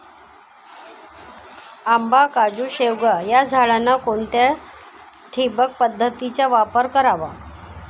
आंबा, काजू, शेवगा या झाडांना कोणत्या ठिबक पद्धतीचा वापर करावा?